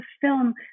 film